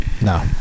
No